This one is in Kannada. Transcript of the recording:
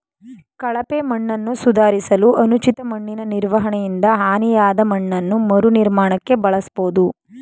ಕಳಪೆ ಮಣ್ಣನ್ನು ಸುಧಾರಿಸಲು ಅನುಚಿತ ಮಣ್ಣಿನನಿರ್ವಹಣೆಯಿಂದ ಹಾನಿಯಾದಮಣ್ಣನ್ನು ಮರುನಿರ್ಮಾಣಕ್ಕೆ ಬಳಸ್ಬೋದು